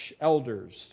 elders